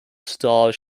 starz